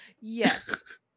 Yes